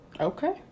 Okay